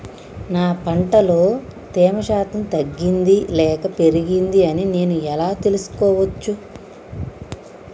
నా పంట లో తేమ శాతం తగ్గింది లేక పెరిగింది అని నేను ఎలా తెలుసుకోవచ్చు?